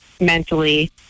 mentally